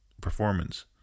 performance